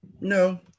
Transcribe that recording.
No